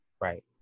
Right